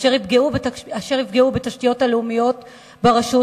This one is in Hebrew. אשר יפגעו בתשתיות הלאומיות ברשות,